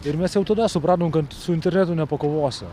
ir mes jau tada supratom kad su internetu nepakovosi